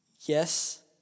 Yes